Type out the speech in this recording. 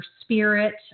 spirit